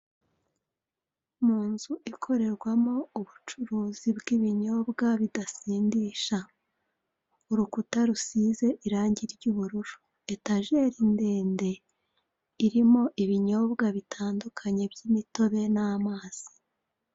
Inzu ikorerwamo ubucuruzi bw'ibinyobwa bidasindisha, urukuta rusize irange ry'ubururu, etajeri ndende irimo ibinyobwa bitandukanye by'imitobe n'amazi.